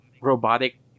robotic